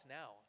now